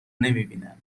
نمیبینن